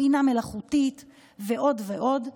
בינה מלאכותית ועוד ועוד.